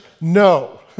No